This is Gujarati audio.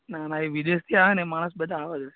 ના ના એ વિદેશથી આવે ને એ માણસ બધા આવાં જ હોય